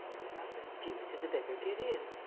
but how the deuce did the beggar get in?